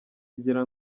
kugira